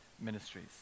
ministries